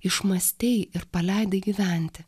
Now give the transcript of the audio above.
išmąstei ir paleidai gyventi